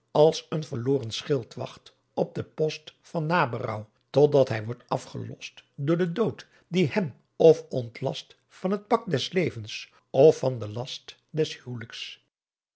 als een verloren schildwacht op den post van naberouw tot dat hij wordt afgelost door den dood die hem of ontlast van het pak des levens of van den last des huwelijks